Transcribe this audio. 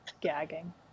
gagging